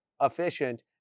efficient